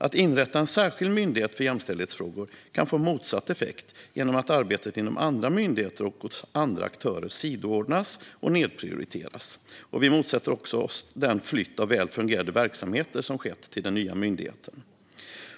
Att inrätta en särskild myndighet för jämställdhetsfrågor kan få motsatt effekt genom att arbetet inom andra myndigheter och hos andra aktörer sidoordnas och nedprioriteras. Vi motsätter oss också den flytt av väl fungerande verksamheter som har skett till den nya myndigheten.